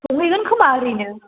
संहैगोन खोमा ओरैनो